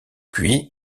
puis